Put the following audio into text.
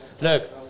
Look